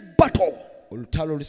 battle